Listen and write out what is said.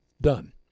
done